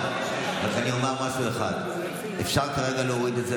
אני רק אומר משהו אחד: אפשר כרגע להוריד את זה,